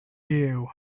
you